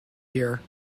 here